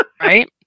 Right